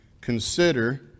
consider